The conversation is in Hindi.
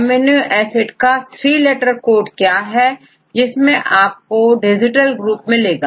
एमिनो एसिड का थ्री लेटर कोड क्या है जिसमें आपको डिस्टल carboxil ग्रुप मिलेगा